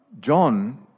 John